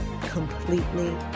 completely